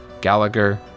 Gallagher